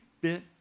bit